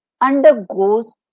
undergoes